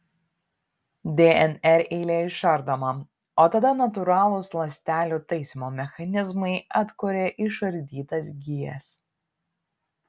dnr eilė išardoma o tada natūralūs ląstelių taisymo mechanizmai atkuria išardytas gijas